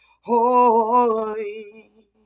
holy